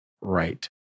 right